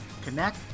connect